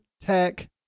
Tech